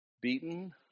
beaten